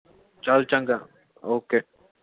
ਚਲ ਚੰਗਾ ਓਕੇ